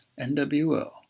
NWO